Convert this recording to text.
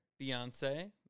Beyonce